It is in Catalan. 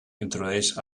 introdueix